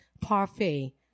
parfait